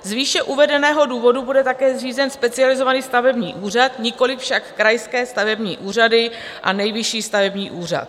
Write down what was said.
Z výše uvedeného důvodu bude také zřízen Specializovaný stavební úřad, nikoli však krajské stavební úřady a Nejvyšší stavební úřad.